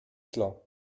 cela